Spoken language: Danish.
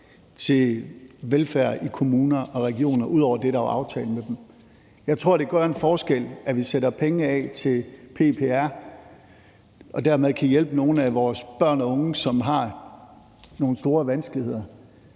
til velfærd i kommuner og regioner ud over det, der var aftalen med dem. Jeg tror, det gør en forskel, at vi sætter penge af til PPR og dermed kan hjælpe nogle af vores børn og unge, som har nogle store vanskeligheder.